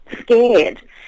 scared